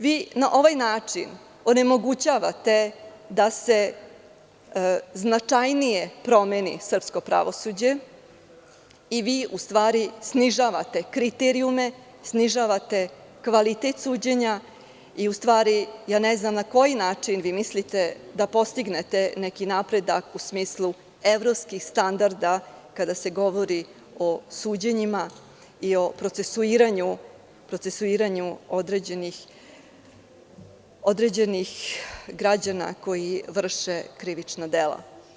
Vi na ovaj način onemogućavate da se značajnije promeni srpsko pravosuđe i vi u stvari snižavate kriterijume, snižavate kvalitet suđenja i u stvari, ne znam na koji način vi mislite da postignete neki napredak u smislu evropskih standarda, kada se govori o suđenjima i o procesuiranju određenih građana koji vrše krivična dela.